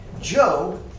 Job